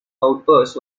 outbursts